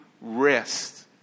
rest